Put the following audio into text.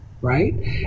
right